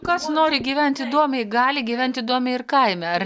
kas nori gyventi įdomiai gali gyventi įdomiai ir kaime